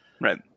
Right